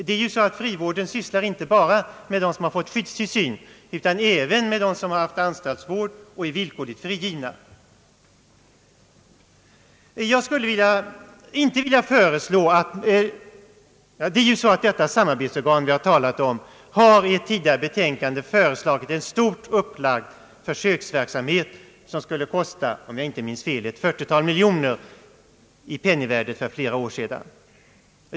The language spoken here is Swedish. Det är så att frivården avser inte bara dem som dömts till skyddstillsyn utan även dem som dömts till anstaltsvård och är villkorligt frigivna. Det samar betsorgan som vi har talat om har i ett tidigare betänkande föreslagit en stort upplagd försöksverksamhet, som skulle kosta — om jag inte minns fel — ett 40-tal miljoner kronor under 5 år i det penningvärde som gällde för flera år sedan.